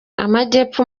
amajyepfo